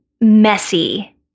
messy